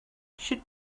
should